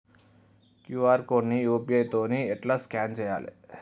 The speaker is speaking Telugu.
క్యూ.ఆర్ కోడ్ ని యూ.పీ.ఐ తోని ఎట్లా స్కాన్ చేయాలి?